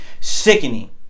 sickening